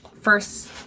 first